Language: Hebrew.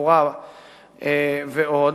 התחבורה ועוד,